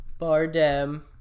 Bardem